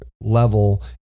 level